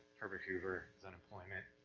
herbert hoover is unemployment,